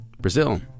brazil